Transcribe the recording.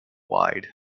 wide